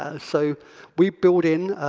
ah so we build in